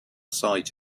sight